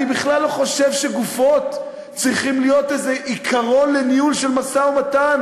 אני בכלל לא חושב שגופות צריכות להיות איזה עיקרון לניהול משא-ומתן.